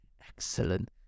Excellent